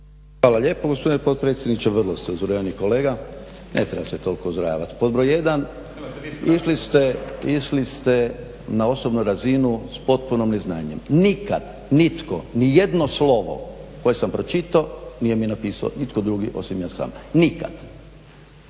Hvala lijepo gospodine potpredsjedniče. Vrlo ste uzrujani kolega. Ne treba se toliko uzrujavat. … /Upadica se ne razumije./ … Pod broj 1, išli ste na osobnu razinu s potpunim neznanjem. Nikad nitko nijedno slovo koje sam pročitao nije mi napisao nitko drugi osim ja sam, nikad.